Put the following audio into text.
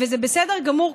וזה בסדר גמור,